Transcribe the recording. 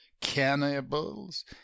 cannibals